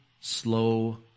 slow